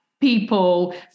people